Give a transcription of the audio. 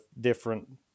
different